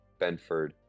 Benford